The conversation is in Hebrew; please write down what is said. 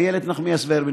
איילת נחמיאס ורבין,